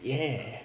ya